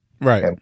right